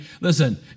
listen